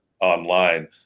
online